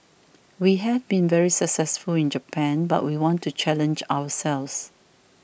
we have been very successful in Japan but we want to challenge ourselves